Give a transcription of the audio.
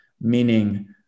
meaning